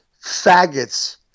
faggots